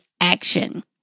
action